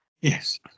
Yes